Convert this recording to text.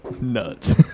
nuts